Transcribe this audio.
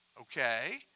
Okay